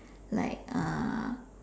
like uh